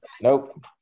Nope